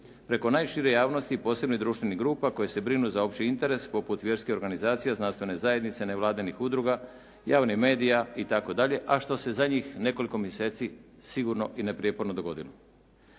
preko najšire javnosti i posebnih društvenih grupa koje se brinu za opći interes poput vjerskih organizacija, znanstvene zajednice, nevladinih udruga, javnih medija itd. a što se zadnjih nekoliko mjeseci sigurno i neprijeporno dogodilo.